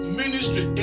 ministry